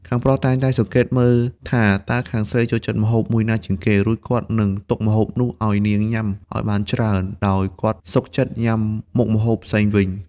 ខាងប្រុសតែងតែសង្កេតមើលថា តើខាងស្រីចូលចិត្តម្ហូបមួយណាជាងគេ រួចគាត់នឹងទុកម្ហូបនោះឱ្យនាងញ៉ាំឱ្យបានច្រើន ដោយគាត់សុខចិត្តញ៉ាំមុខម្ហូបផ្សេងវិញ។